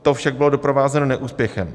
To však bylo doprovázeno neúspěchem.